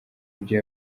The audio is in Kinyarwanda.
ibyo